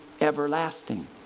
everlasting